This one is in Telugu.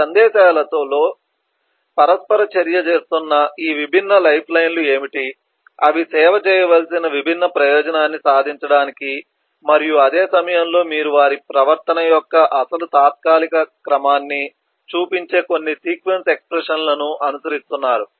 ఈ సందేశాలతో పరస్పర చర్య చేస్తున్న ఈ విభిన్న లైఫ్లైన్లు ఏమిటి అవి సేవ చేయవలసిన విభిన్న ప్రయోజనాన్ని సాధించడానికి మరియు అదే సమయంలో మీరు వారి ప్రవర్తన యొక్క అసలు తాత్కాలిక క్రమాన్ని చూపించే కొన్ని సీక్వెన్స్ ఎక్స్ప్రెషన్ లను అనుసరిస్తున్నారు